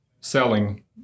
selling